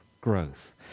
growth